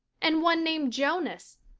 and one named jonas!